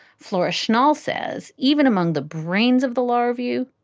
flora schnall says even among the brains of the larger view,